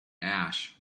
ash